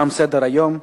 תם סדר-היום.